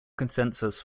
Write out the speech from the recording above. consensus